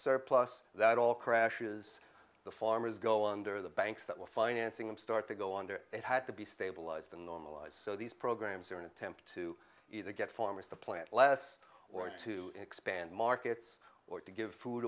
surplus that all crashes the farmers go on to the banks that we're financing and start to go under it had to be stabilized and normalized so these programs are an attempt to either get farmers to plant less or to expand markets or to give food